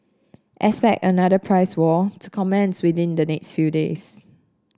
expect another price war to commence within the next few days